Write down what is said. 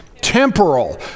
Temporal